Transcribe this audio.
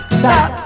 stop